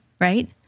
right